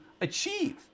achieve